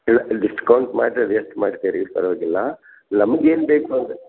ಅಲ್ಲ ಡಿಸ್ಕೌಂಟ್ ಮಾಡಿರಿ ಅದೆಷ್ಟು ಮಾಡ್ತೀರಿ ಪರವಾಗಿಲ್ಲ ನಮ್ಗೆ ಏನು ಬೇಕು ಅಂದರೆ